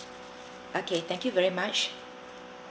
okay thank you very much